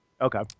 Okay